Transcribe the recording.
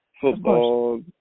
football